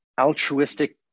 altruistic